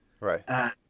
Right